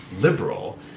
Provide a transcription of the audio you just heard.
liberal